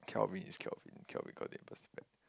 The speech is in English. Kelvin is Kelvin Kelvin got it